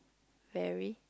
very